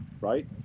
right